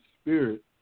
spirit